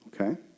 okay